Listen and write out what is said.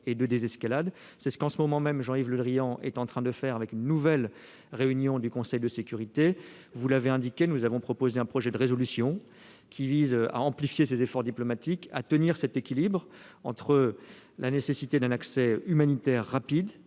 et de désescalade. C'est ce qu'en ce moment même Jean-Yves Le Drian est en train de faire avec une nouvelle réunion du Conseil de sécurité. Comme vous l'avez indiqué, nous avons proposé un projet de résolution, qui vise à amplifier ces efforts diplomatiques et à tenir cet équilibre entre la nécessité d'un accès humanitaire rapide,